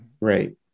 Right